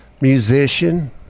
Musician